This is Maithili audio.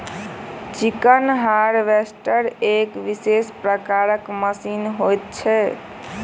चिकन हार्वेस्टर एक विशेष प्रकारक मशीन होइत छै